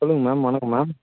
சொல்லுங்கள் மேம் வணக்கம் மேம்